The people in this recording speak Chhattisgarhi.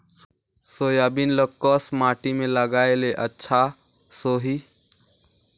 सोयाबीन ल कस माटी मे लगाय ले अच्छा सोही?